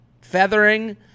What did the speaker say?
Feathering